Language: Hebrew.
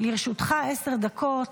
לרשותך עשר דקות.